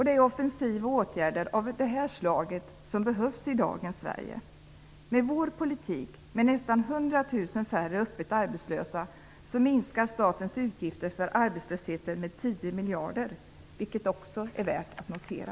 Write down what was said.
Det är offensiva åtgärder av det här slaget som behövs i dagens Sverige. Med vår politik, med nästan 100 000 färre öppet arbetslösa minskar statens utgifter för arbetslösheten med 10 miljarder, vilket också är värt att notera.